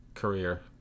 Career